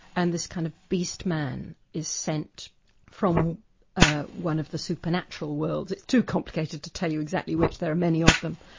and this kind of beast man is sent from ah one of the supernatural worlds. it's too complicated to tell you exactly which, there are many of them.